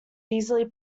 easily